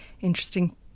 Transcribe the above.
interesting